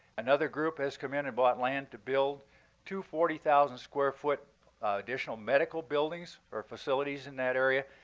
another group has come in and bought land to build two forty thousand square foot additional medical buildings or facilities in that area,